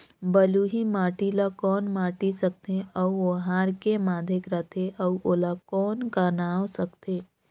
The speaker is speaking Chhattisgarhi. बलुही माटी ला कौन माटी सकथे अउ ओहार के माधेक राथे अउ ओला कौन का नाव सकथे?